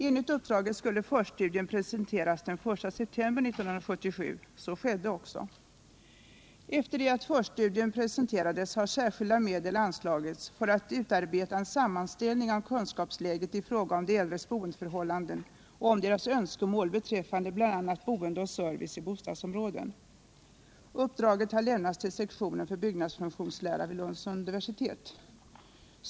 Enligt uppdraget skulle förstudien presenteras den 1 september 1977. Så skedde också. Efter det att förstudien presenterades har särskilda medel anslagits för att utarbeta en sammanställning av kunskapsläget i fråga om de äldres boendeförhållanden och om deras önskemål beträffande bl.a. boende och service i bostadsområden. Uppdraget har lämnats till sektionen för byggnadsfunktionslära vid Lunds universitet.